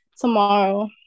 tomorrow